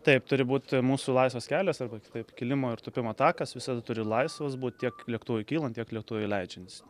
taip turi būt mūsų laisvas kelias arba kitaip kilimo ir tūpimo takas visada turi laisvas būt tiek lėktuvui kylant tiek lėktuvui leidžiantis